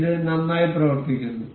ഇത് നന്നായി പ്രവർത്തിക്കുന്നു